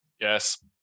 Yes